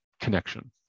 connection